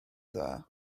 dda